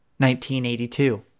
1982